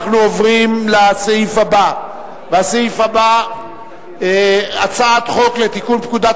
אנחנו עוברים לסעיף הבא: הצעת חוק לתיקון פקודת